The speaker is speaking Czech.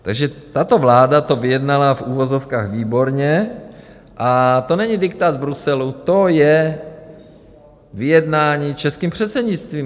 Takže tato vláda to vyjednala v uvozovkách výborně a to není diktát z Bruselu, to je vyjednání českým předsednictvím.